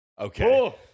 Okay